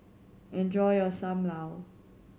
enjoy your Sam Lau